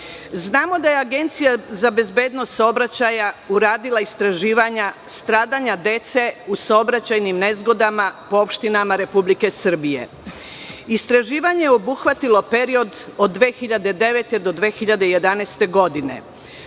da je Agencija za bezbednost saobraćaja uradila istraživanja stradanja dece u saobraćajnim nezgodama po opštinama Republike Srbije. Istraživanje je obuhvatilo period od 2009. do 2011. godine.